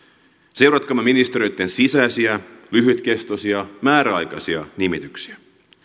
seuratkaamme ministeriöitten sisäisiä lyhytkestoisia määräaikaisia nimityksiä